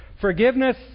Forgiveness